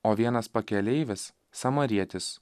o vienas pakeleivis samarietis